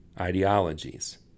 ideologies